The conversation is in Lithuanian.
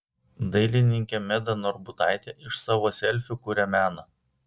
dailininkė meda norbutaitė iš savo selfių kuria meną